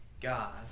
God